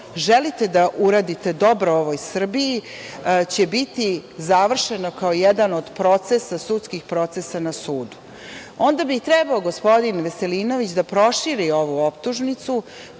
želite da uradite dobro ovoj Srbiji će biti završeno kao jedan od sudskih procesa na sudu. Onda bi trebao gospodin Veselinović da proširi ovu optužnicu,